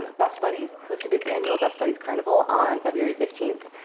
but best buddies hosted its annual best buddies carnival on february fifteenth.